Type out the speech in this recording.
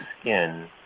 skin